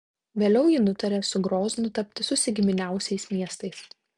vėliau ji nutarė su groznu tapti susigiminiavusiais miestais